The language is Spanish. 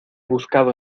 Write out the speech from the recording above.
buscado